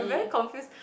very confused